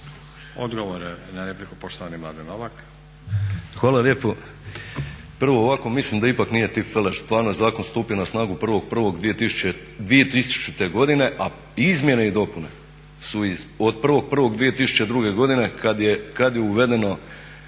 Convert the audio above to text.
Odgovor na repliku poštovani Mladen Novak.